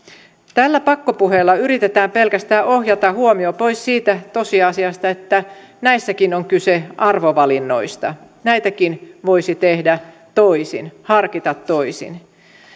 tällä pakkopuheella yritetään pelkästään ohjata huomio pois siitä tosiasiasta että näissäkin on kyse arvovalinnoista näitäkin voisi tehdä toisin harkita toisin